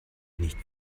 nicht